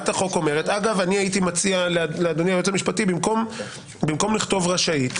הייתי מציע לאדוני היועץ המשפטי במקום לכתוב "רשאית",